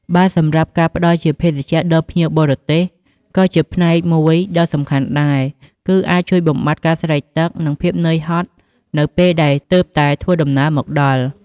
បើសម្រាប់ការផ្ដល់ជាភេសជ្ជៈដល់ភ្ញៀវបរទេស ក៏ជាផ្នែកមួយដ៏សំខាន់ដែរគីអាចជួយបំបាត់ការស្រេកទឹក និងភាពនឿយហត់នៅពេលដែលទើបតែធ្វើដំណើរមកដល់។